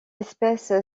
espèce